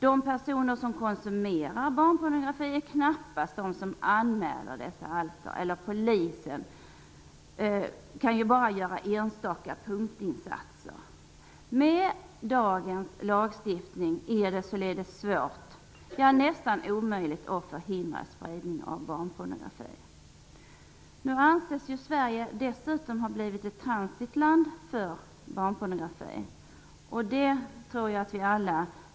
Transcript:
De personer som konsumerar barnpornografi gör knappast en sådan anmälan, och polisen kan bara göra enstaka punktinsatser. Med dagens lagstiftning är det således svårt -- nästan omöjligt -- att förhindra spridning av barnpornografi. Nu anses Sverige dessutom ha blivit ett transitland för spridning av barnpornografi.